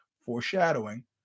foreshadowing